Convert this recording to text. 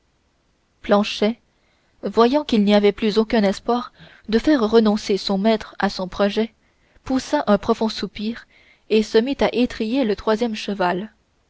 planchet voyant qu'il n'y avait plus aucun espoir de faire renoncer son maître à son projet poussa un profond soupir et se mit à étriller le troisième cheval